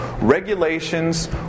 regulations